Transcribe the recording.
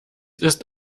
ist